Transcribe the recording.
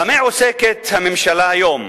במה עוסקת הממשלה היום?